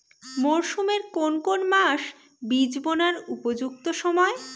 মরসুমের কোন কোন মাস বীজ বোনার উপযুক্ত সময়?